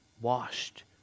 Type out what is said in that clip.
washed